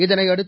இதையடுத்து